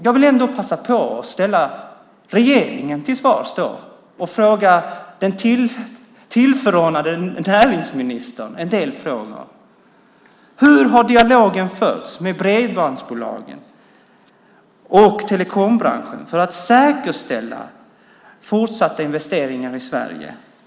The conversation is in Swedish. Jag vill ändå passa på och ställa regeringen till svars och ställa den "tillförordnade" näringsministern en del frågor: Hur har dialogen förts med bredbandsbolagen och telekombranschen för att säkerställa fortsatta investeringar i Sverige?